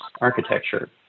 architecture